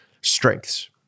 strengths